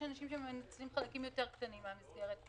יש אנשים שמנצלים חלקים קטנים יותר מן המסגרת.